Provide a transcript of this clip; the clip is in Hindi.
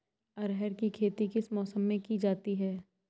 अरहर की खेती किस मौसम में की जाती है?